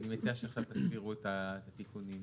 אני מציע שתסבירו עכשיו את התיקונים שהוקראו.